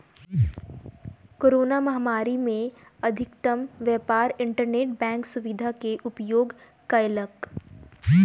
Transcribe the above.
corona महामारी में अधिकतम व्यापार इंटरनेट बैंक सुविधा के उपयोग कयलक